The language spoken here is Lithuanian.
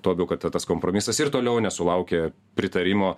tuo labiau kad tas kompromisas ir toliau nesulaukė pritarimo